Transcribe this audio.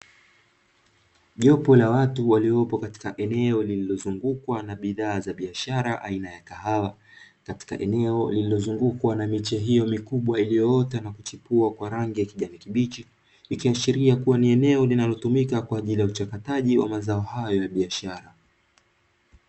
Jopo la watu waliopo katika eneo lilizozungukwa na bidhaa za biashara aina ya kahawa katika eneo lililozungukwa na miche hiyo mikubwa iliyoota na kuchipua kwa rangi ya kijani kibichi, ikiashiria kuwa ni eneo linalotumika kwa ajili ya uchakataji wa mazao hayo ya biashara.